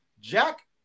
Jack